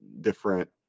different